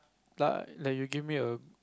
like like you give me a